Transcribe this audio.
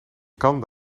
kan